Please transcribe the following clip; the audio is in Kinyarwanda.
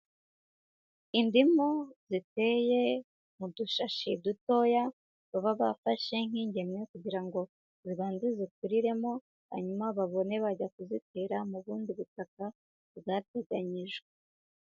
Indimu ziteye mu dushashi dutoya baba bafashe nk'ingemwe kugira ngo zibanze zikuriremo hanyuma babone bajya kuzitera mu bundi butaka bwateganyijwe.